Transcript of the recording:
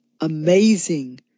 amazing